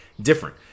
different